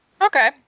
Okay